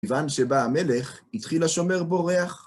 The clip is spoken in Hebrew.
כיוון שבא המלך, התחיל השומר בורח.